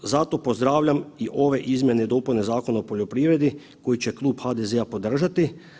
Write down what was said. Zato pozdravljam i ove izmjene i dopune Zakona o poljoprivredi koje će klub HDZ-a podržati.